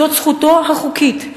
זאת זכותו החוקית,